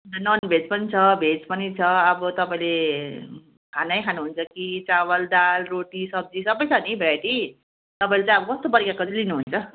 अन्त नन भेज पनि छ भेज पनि छ अब तपाईँले खानै खानुहुन्छ कि चावल दाल रोटी सब्जी सबै छ नि भेराइटी तपाईँले चाहिँ अब कस्तो प्रकारको चाहिँ लिनुहुन्छ